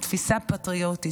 מתפיסה פטריוטית,